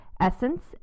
Essence